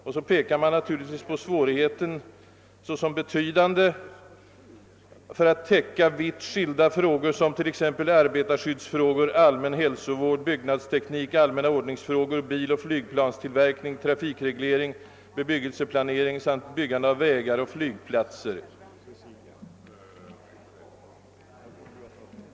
Samtidigt pekar man naturligtvis på de betydande svårigheter na att täcka så vitt skilda frågor som som t.ex. arbetarskyddsfrågor, allmän hälsovård, byggnadsteknik, allmänna ordningsfrågor, biloch flygplanstillverkning, trafikreglering, bebyggelseplanering samt byggande av vägar och flygplatser.